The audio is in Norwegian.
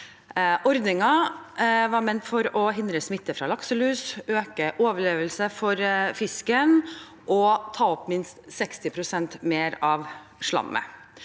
Ordningen var ment å hindre smitte fra lakselus, øke overlevelsen for fisken og ta opp minst 60 pst. mer av slammet.